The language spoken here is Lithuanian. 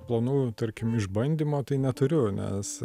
planų tarkim išbandymo tai neturiu nes